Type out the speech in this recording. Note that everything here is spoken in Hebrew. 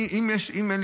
יש יעדים אבל אין תקציב.